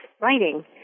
writing